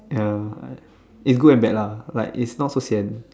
ya is good and bad lah like it's not so sian